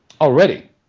Already